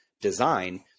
design